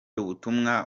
butumwa